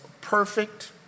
perfect